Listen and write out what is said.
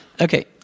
Okay